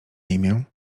imię